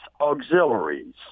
auxiliaries